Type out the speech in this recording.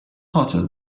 hotter